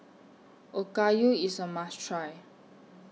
Okayu IS A must Try